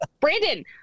Brandon